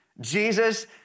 Jesus